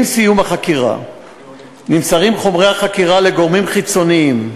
עם סיום החקירה נמסרים חומרי החקירה לגורמים חיצוניים,